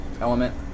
element